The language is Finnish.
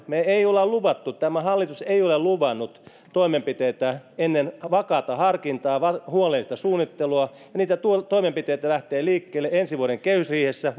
me emme ole luvanneet tämä hallitus ei ole luvannut toimenpiteitä ennen vakaata harkintaa ja huolellista suunnittelua ja niitä toimenpiteitä lähtee liikkeelle ensi vuoden kehysriihessä